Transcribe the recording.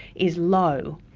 is low.